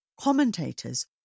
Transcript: Commentators